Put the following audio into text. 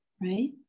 right